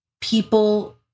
People